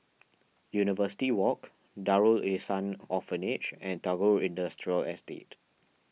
University Walk Darul Ihsan Orphanage and Tagore Industrial Estate